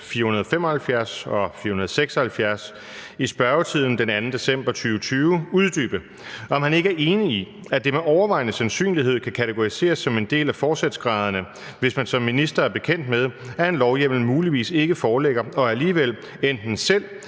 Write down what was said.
475 og 476 i spørgetiden den 2. december 2020 uddybe, om han ikke er enig i, at det med overvejende sandsynlighed kan kategoriseres som en del af forsætgraderne, hvis man som minister er bekendt med, at en lovhjemmel muligvis ikke foreligger, og alligevel – enten selv